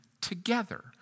together